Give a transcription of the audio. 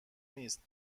نیست